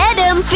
Adam